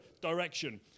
direction